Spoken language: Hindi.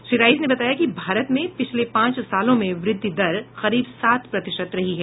श्री राइस ने बताया कि भारत में पिछले पांच साल में वृद्धि दर करीब सात प्रतिशत रही है